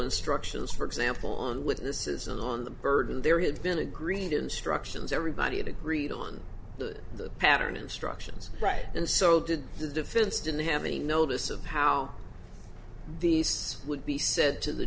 instructions for example on with this is on the burden there had been agreed instructions everybody agreed on the pattern instructions right and so did the defense didn't have any notice of how these would be said to the